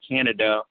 Canada